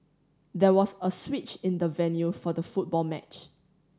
there was a switch in the venue for the football match